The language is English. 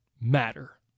matter